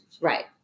Right